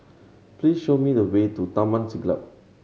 please show me the way to Taman Siglap